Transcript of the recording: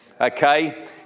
Okay